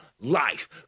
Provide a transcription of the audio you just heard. life